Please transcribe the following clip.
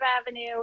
Avenue